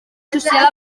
social